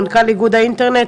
מנכ"ל איגוד האינטרנט.